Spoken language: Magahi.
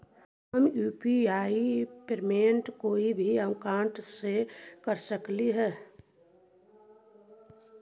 हम यु.पी.आई पेमेंट कोई भी अकाउंट से कर सकली हे?